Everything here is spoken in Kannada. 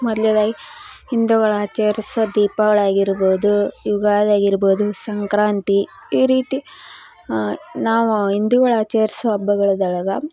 ಮೊದ್ಲ್ನೆದಾಗಿ ಹಿಂದುಗಳು ಆಚರಿಸೋ ದೀಪಾವಳಿ ಆಗಿರ್ಬೋದು ಯುಗಾದಿ ಆಗಿರ್ಬೋದು ಸಂಕ್ರಾಂತಿ ಈ ರೀತಿ ನಾವು ಹಿಂದುಗಳ್ ಆಚರಿಸೋ ಹಬ್ಬಗಳದೊಳಗ